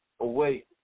away